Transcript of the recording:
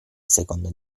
seconda